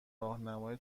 راهنمای